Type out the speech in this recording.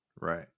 Right